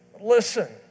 Listen